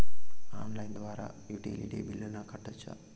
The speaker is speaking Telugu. ఆన్లైన్ ద్వారా యుటిలిటీ బిల్లులను కట్టొచ్చా?